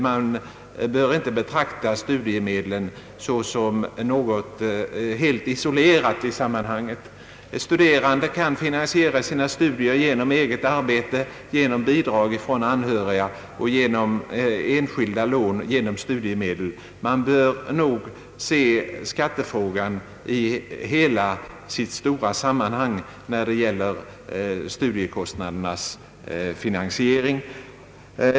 Man bör inte betrakta de statliga studiemedlen såsom något i sammanhanget helt isolerat. De studerande kan finansiera sina studier genom eget arbete, genom bidrag från anhöriga, genom enskilda lån och genom studiemedel. Man måste ta hänsyn härtill vid bedömande av frågan hur studiekostnaderna skall behandlas i skattehänseende.